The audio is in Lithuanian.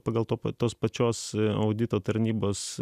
pagal to pat tos pačios audito tarnybos